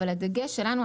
אבל הדגש שלנו,